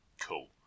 cool